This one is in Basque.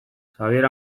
xabier